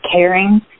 caring